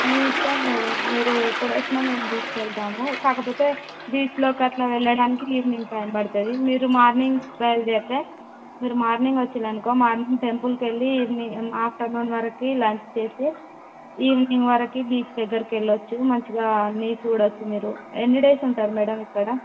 మీ ఇష్టం మేడమ్ మీరు ఎప్పుడొచ్చినా మేము తీసుకెళ్తాము కాకపోతే బీచ్ లోకి అట్లా వెళ్ళటానికి ఈవ్నింగ్ టైమ్ పడతుంది మీరు మార్నింగ్ బయలుదేరితే మీరు మార్నింగ్ వచ్చారనుకో మార్నింగ్ టెంపుల్ కి వెళ్లి ఆఫ్టర్ నూన్ వరకు లంచ్ చేసి ఈవ్నింగ్ వరకు బీచ్ దగ్గరకెళ్లొచ్చు మంచిగా అన్నీ చూడొచ్చు మీరు ఎన్ని డేస్ ఉంటారు మేడమ్ ఇక్కడ